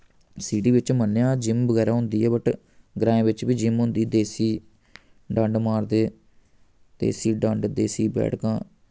city बिच्च मन्नेआ gym बगैरा होंदी ऐ बट ग्राएं बिच्च बी जिम होंदी देसी डंड मारदे देसी डंड देसी बैठकां